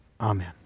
Amen